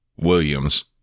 Williams